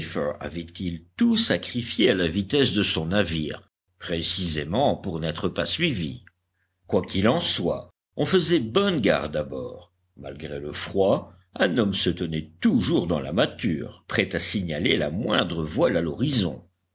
avait-il tout sacrifié à la vitesse de son navire précisément pour n'être pas suivi quoi qu'il en soit on faisait bonne garde à bord malgré le froid un homme se tenait toujours dans la mâture prêt à signaler la moindre voile à